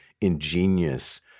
ingenious